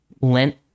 Lent